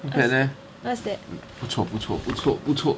not bad leh 不错不错不错不错